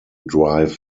drive